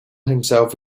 himself